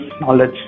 knowledge